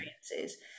experiences